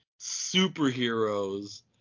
superheroes